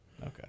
Okay